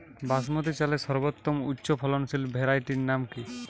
বাসমতী চালের সর্বোত্তম উচ্চ ফলনশীল ভ্যারাইটির নাম কি?